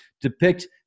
Depict